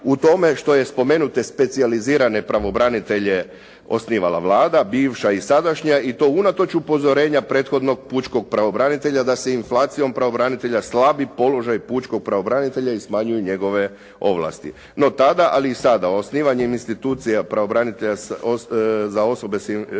u tome što je spomenute specijalizirane pravobranitelje osnivala Vlada, bivša i sadašnja i to unatoč upozorenja pučkog pravobranitelja da se inflacijom pravobranitelja slabi položaj pučkog pravobranitelja i smanjuju njegove ovlasti. No tada, ali i sada, osnivanjem institucija pravobranitelja za osobe sa